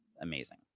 amazing